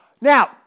Now